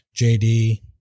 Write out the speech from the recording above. JD